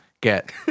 get